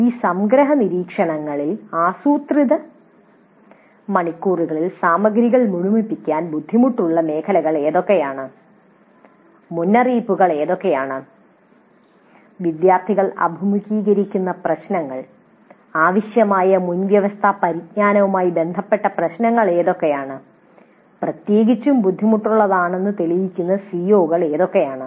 ഈ സംഗ്രഹ നിരീക്ഷണങ്ങളിൽ ആസൂത്രിത മണിക്കൂറുകളിൽ സാമഗ്രികൾ മുഴുമിപ്പിക്കാൻ ബുദ്ധിമുട്ടുകൾ ഉള്ള മേഖലകൾ എന്തൊക്കെയാണ് മുന്നറിയിപ്പുകൾ എന്തൊക്കെയാണ് വിദ്യാർത്ഥികൾ അഭിമുഖീകരിക്കുന്ന പ്രശ്നങ്ങൾ ആവശ്യമായ മുൻവ്യവസ്ഥാ പരിജ്ഞാനവുമായി ബന്ധപ്പെട്ട പ്രശ്നങ്ങൾ എന്തൊക്കെയാണ് പ്രത്യേകിച്ചും ബുദ്ധിമുട്ടുള്ളതാണെന്ന് തെളിയിക്കുന്ന സിഒകൾ എന്തൊക്കെയാണ്